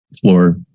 floor